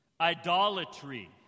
Idolatry